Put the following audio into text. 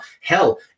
hell